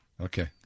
Okay